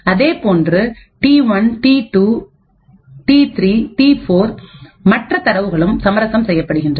அதேபோன்று D one D two D three டி4 மற்ற தரவுகளும் சமரசம் செய்யப்படுகிறது